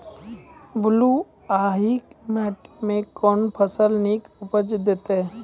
बलूआही माटि मे कून फसल नीक उपज देतै?